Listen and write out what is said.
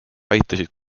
aitasid